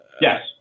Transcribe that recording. Yes